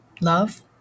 Love